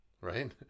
Right